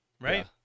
Right